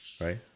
Right